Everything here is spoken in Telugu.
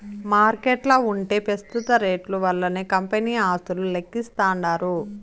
మార్కెట్ల ఉంటే పెస్తుత రేట్లు వల్లనే కంపెనీ ఆస్తులు లెక్కిస్తాండారు